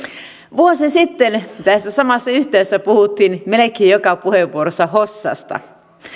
vuosi sitten tässä samassa yhteydessä puhuttiin melkein joka puheenvuorossa hossasta